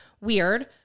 weird